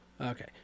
Okay